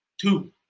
Two